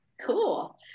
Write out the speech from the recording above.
Cool